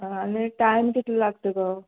आं आनी टायम कितलो लागता गो